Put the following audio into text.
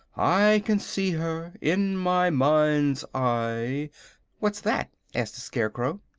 i can see her, in my mind's eye what's that? asked the scarecrow.